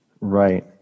Right